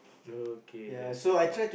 okay that's the friend